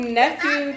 nephew